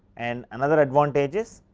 and another advantage is,